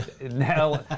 Now